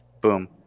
Boom